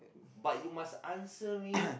but you must answer me